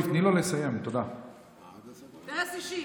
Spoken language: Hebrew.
אינטרס אישי.